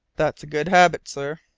that's a good habit, sir.